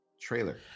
trailer